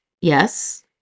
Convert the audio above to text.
yes